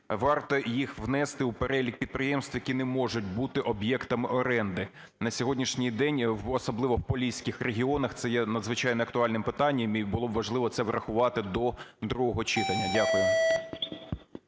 Варто їх внести в перелік підприємств, які не можуть бути об'єктами оренди. На сьогоднішній день, особливо в Поліських регіонах, це є надзвичайно актуальним питанням, і було б важливо це врахувати до другого читання. Дякую.